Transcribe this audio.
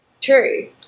True